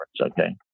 Okay